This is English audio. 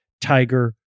Tiger